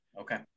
okay